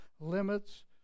limits